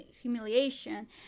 humiliation